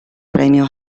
premio